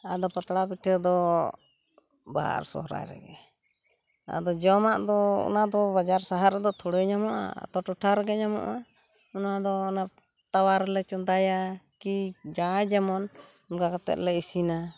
ᱟᱫᱚ ᱯᱟᱛᱲᱟ ᱯᱤᱴᱷᱟᱹ ᱫᱚ ᱵᱟᱦᱟ ᱟᱨ ᱥᱚᱦᱚᱨᱟᱭ ᱨᱮᱜᱮ ᱟᱫᱚ ᱡᱚᱢᱟᱜ ᱫᱚ ᱚᱱᱟᱫᱚ ᱵᱟᱡᱟᱨ ᱥᱟᱦᱟᱨ ᱨᱮᱫᱚ ᱛᱷᱚᱲᱮ ᱧᱟᱢᱚᱜᱼᱟ ᱟᱛᱳ ᱴᱚᱴᱷᱟ ᱨᱮᱜᱮ ᱧᱟᱢᱚᱜᱼᱟ ᱚᱱᱟᱫᱚ ᱚᱱᱟ ᱛᱟᱣᱟ ᱨᱮᱞᱮ ᱪᱚᱸᱫᱟᱭᱟ ᱠᱤ ᱡᱟᱦᱟᱸᱭ ᱡᱮᱢᱚᱱ ᱚᱱᱠᱟ ᱠᱟᱛᱮᱜ ᱞᱮ ᱤᱥᱤᱱᱟ